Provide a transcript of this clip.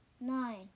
nine